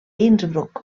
innsbruck